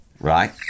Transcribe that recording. right